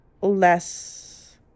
less